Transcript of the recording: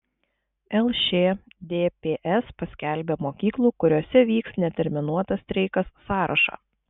lšdps paskelbė mokyklų kuriose vyks neterminuotas streikas sąrašą